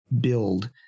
build